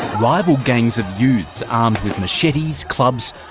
rival gangs of youths armed with machetes, clubs,